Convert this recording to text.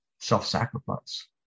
self-sacrifice